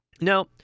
Now